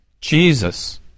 Jesus